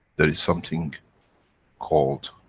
there is something called,